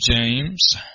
James